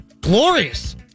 glorious